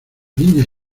niña